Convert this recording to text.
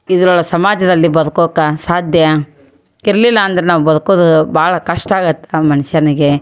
ಇದ್ರೊಳಗೆ ಸಮಾಜದಲ್ಲಿ ಬದ್ಕೋಕ್ಕೆ ಸಾಧ್ಯ ಇರಲಿಲ್ಲ ಅಂದ್ರೆ ನಾವು ಬದುಕೋದು ಭಾಳ ಕಷ್ಟ ಆಗತ್ತೆ ಆ ಮನುಷ್ಯನಿಗೆ